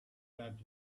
that